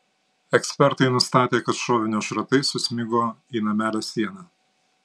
ekspertai nustatė kad šovinio šratai susmigo į namelio sieną